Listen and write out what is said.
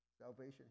salvation